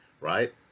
right